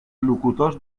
locutors